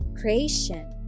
creation